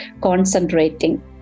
concentrating